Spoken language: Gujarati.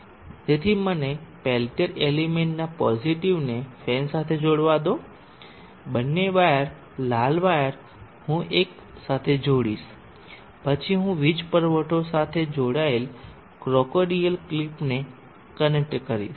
તેથી મને પેલ્ટીયર એલિમેન્ટના પોઝીટીવને ફેન સાથે જોડવા દો બંને વાયર લાલ વાયર હું એક સાથે જોડાઈશ પછી હું વીજ પુરવઠો સાથે જોડાયેલ ક્રોકોડીલ ક્લિપને કનેક્ટ કરીશ